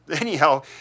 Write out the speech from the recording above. anyhow